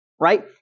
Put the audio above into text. right